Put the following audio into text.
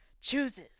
chooses